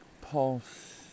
pulse